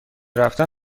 رفتن